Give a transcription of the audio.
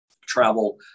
travel